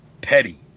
petty